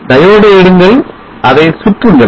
Diode டை எடுங்கள் அதை சுற்றுங்கள்